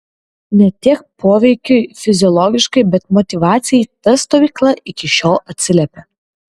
ne tiek poveikiui fiziologiškai bet motyvacijai ta stovykla iki šiol atsiliepia